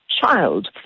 child